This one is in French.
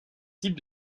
type